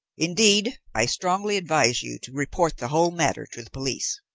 indeed, i strongly advise you to report the whole matter to the police.